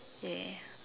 yeah